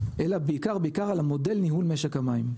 אלא בעיקר בעיקר על המודל ניהול משק המים,